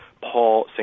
Paul